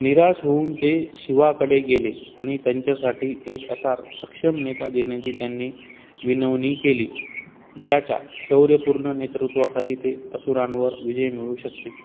निराश होऊन ते शिवाकडे गेले आणि त्यांच्यासाठी एक असा सक्षम नेता देण्याची त्यांनी विनवणी केली ज्याच्या शौर्यपूर्ण नेतृत्वाखाली ते असुरांवर विजय मिळवू शकते